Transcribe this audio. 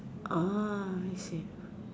uh I see